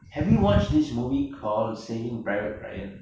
have you watch this movie called saving private ryan